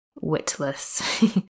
witless